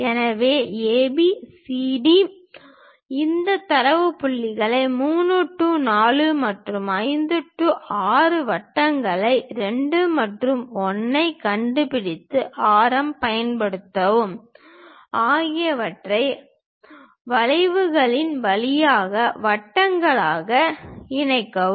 எனவே AB CD இந்த தரவு புள்ளிகளை 3 4 மற்றும் 5 6 மையங்களை 2 மற்றும் 1 ஐ கண்டுபிடித்து ஆரம் பயன்படுத்தவும் அவற்றை வளைவுகள் வழியாக வட்டங்களாக இணைக்கவும்